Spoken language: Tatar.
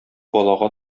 балага